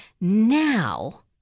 Now